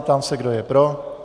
Ptám se, kdo je pro.